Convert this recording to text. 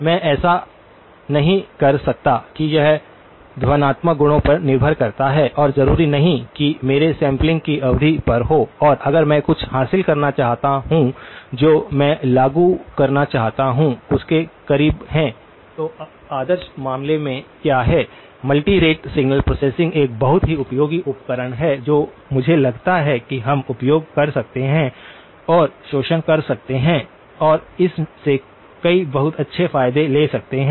मैं ऐसा नहीं कर सकता कि यह ध्वन्यात्मक गुणों पर निर्भर करता है और जरूरी नहीं कि मेरे सैंपलिंग की अवधि पर हो और अगर मैं कुछ हासिल करना चाहता हूं जो मैं लागू करना चाहता हूं उसके करीब है तो आदर्श मामले में क्या है तो मल्टी रेट सिग्नल प्रोसेसिंग एक बहुत ही उपयोगी उपकरण है जो मुझे लगता है कि हम उपयोग कर सकते हैं और शोषण कर सकते हैं और उस से कई बहुत अच्छे फायदे ले सकते हैं